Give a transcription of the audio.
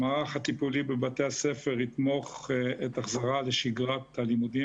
המערך הטיפולי בבתי הספר יתמוך את החזרה לשגרת הלימודים